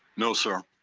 no, sir.